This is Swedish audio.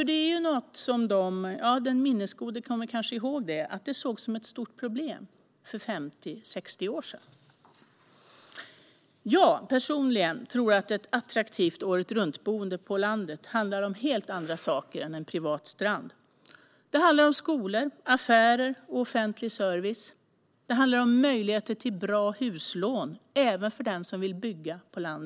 Det är ju något som, vilket den minnesgoda kanske kommer ihåg, sågs som ett stort problem för 50-60 år sedan. Jag tror personligen att ett attraktivt åretruntboende på landet handlar om helt andra saker än en privat strand. Det handlar om skolor, affärer och offentlig service och om möjligheter till bra huslån, även för den som vill bygga på landet.